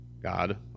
god